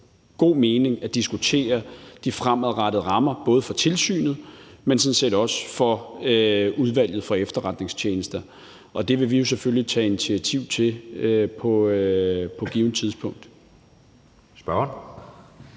god mening at diskutere de fremadrettede rammer, både for Tilsynet med Efterretningstjenesterne, men sådan set også for Udvalget vedrørende Efterretningstjenesterne, og det vil vi jo selvfølgelig tage initiativ til på et givent tidspunkt.